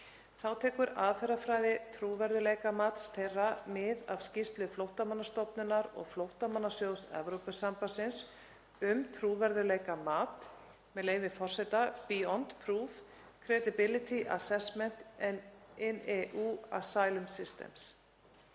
Þá tekur aðferðafræði trúverðugleikamats þeirra mið af skýrslu Flóttamannastofnunar og flóttamannasjóðs Evrópusambandsins um trúverðugleikamat, með leyfi forseta, Beyond Proof. Credibility Assessment in EU Asylum Systems.